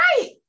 right